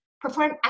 perform